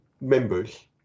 members